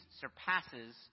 surpasses